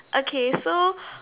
okay so